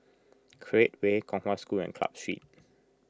Create Way Kong Hwa School and Club Street